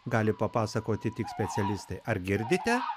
gali papasakoti tik specialistai ar girdite